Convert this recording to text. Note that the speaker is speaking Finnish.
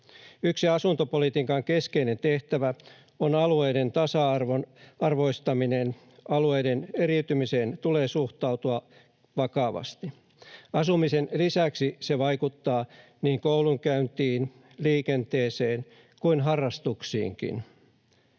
Yksi asuntopolitiikan keskeinen tehtävä on alueiden tasa-arvoistaminen. Alueiden eriytymiseen tulee suhtautua vakavasti. Asumisen lisäksi se vaikuttaa niin koulunkäyntiin, liikenteeseen kuin harrastuksiinkin.